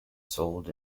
sold